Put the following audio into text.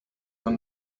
were